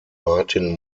martin